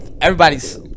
Everybody's